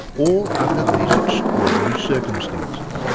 all under these extraordinary circumstances.